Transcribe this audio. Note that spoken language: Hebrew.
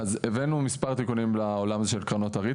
אז הבאנו מספר תיקונים לעולם הזה של קרנות הריט,